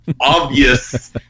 obvious